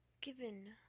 given